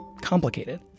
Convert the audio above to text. complicated